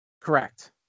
correct